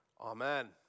Amen